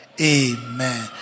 Amen